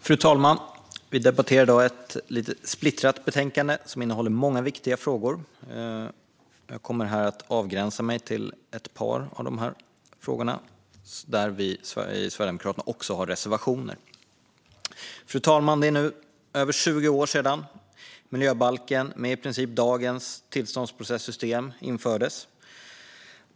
Fru talman! Vi debatterar i dag ett lite splittrat betänkande som innehåller många viktiga frågor. Jag kommer här att avgränsa mig till ett par av frågorna, där vi i Sverigedemokraterna också har reservationer. Fru talman! Det är nu över 20 år sedan miljöbalken, med i princip dagens tillståndsprocessystem, infördes.